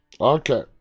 Okay